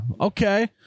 okay